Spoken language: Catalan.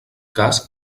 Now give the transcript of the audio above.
cas